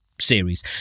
series